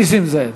נסים זאב.